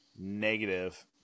Negative